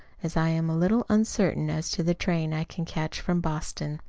as i am a little uncertain as to the train i can catch from boston,